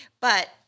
but-